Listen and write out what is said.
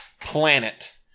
planet